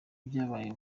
byabaye